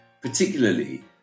particularly